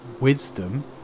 wisdom